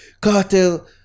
cartel